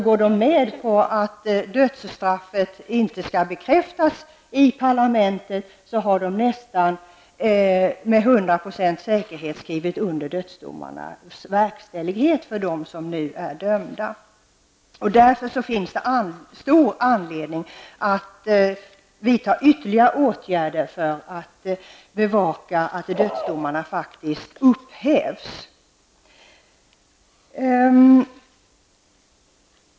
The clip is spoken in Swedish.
Går de med på att dödsstraffet inte skall bekräftas i parlamentet, har de nästan med hundraprocentig säkerhet skrivit under dödsdomarnas verkställighet för dem som nu är dömda. Det finns därför stor anledning att vidta ytterligare åtgärder för att bevaka att dödsdomarna faktiskt upphävs.